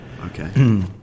Okay